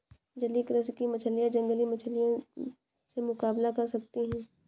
जलीय कृषि की मछलियां जंगली मछलियों से मुकाबला कर सकती हैं